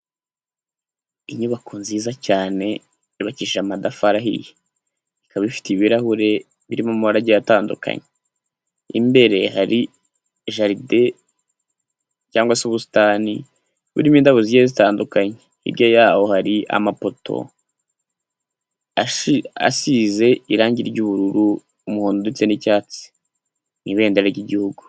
Inyubako nziza cyane yubakishije amatafari ahiye. Ikaba ifite ibirahure birimo amabara agiye atandukanye. Imbere hari jardin cyangwa se ubusitani burimo indabo zigiye zitandukanye. Hirya yaho hari amapoto asize irangi ry'ubururu, umuhondo ndetse n'icyatsi. Ni ibendera ry'igihugu.